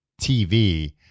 TV